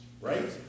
right